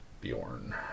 Bjorn